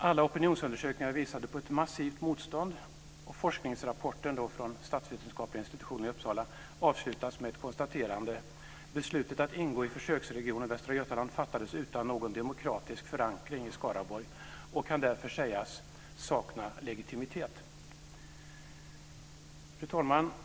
Alla opinionsundersökningar visade på ett massivt motstånd, och forskningsrapporten från den statsvetenskapliga institutionen i Uppsala avslutades med ett konstaterande: Beslutet om att ingå i försöksregionen Västra Götaland fattades utan någon demokratisk förankring i Skaraborg och kan därför sägas sakna legitimitet. Fru talman!